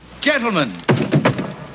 Gentlemen